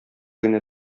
генә